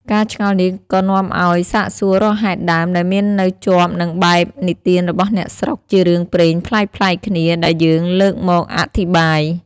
ការឆ្ងល់នេះ ក៏នាំឲ្យសាកសួររកហេតុដើម ដែលមាននៅជាប់នឹងបែបនិទានរបស់អ្នកស្រុក ជារឿងព្រេងប្លែកៗគ្នា ដែលយើងលើកមកអធិប្បាយ។